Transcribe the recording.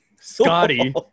Scotty